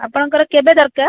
ଆପଣଙ୍କର କେବେ ଦରକାର